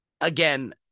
again